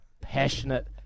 passionate